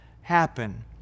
happen